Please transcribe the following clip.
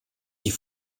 die